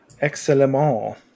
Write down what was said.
Excellent